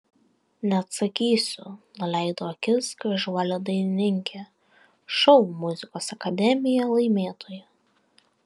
neatsakysiu nuleido akis gražuolė dainininkė šou muzikos akademija laimėtoja